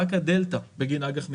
רק הדלתא בגין אג"ח מיועדות,